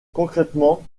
concrètement